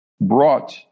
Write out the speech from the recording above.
brought